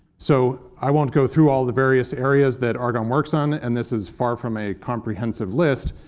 so i won't go through all the various areas that argonne works on, and this is far from a comprehensive list.